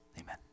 Amen